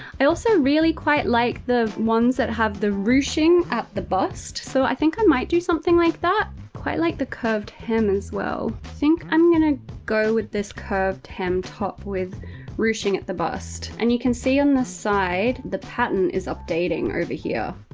i also really quite like the ones that have the ruching at the bust. so i think i might do something like that. quite like the curved hem as well. think i'm gonna go with this curved hem top with ruching at the bust. and you can see on this side, the pattern is updating over here.